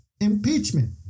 impeachment